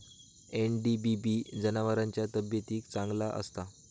NDBB जनावरांच्या तब्येतीक चांगला असता